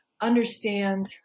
understand